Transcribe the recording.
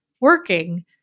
working